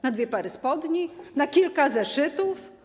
Na dwie pary spodni, na kilka zeszytów?